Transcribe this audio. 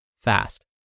fast